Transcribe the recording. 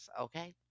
okay